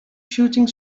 shooting